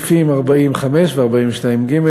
סעיפים 40(5) ו-42(ג),